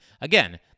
Again